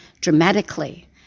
dramatically